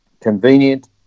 convenient